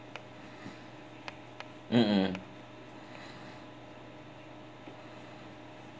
mmhmm